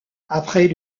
après